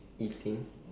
eating